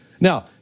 Now